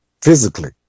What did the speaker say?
physically